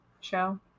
show